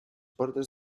portes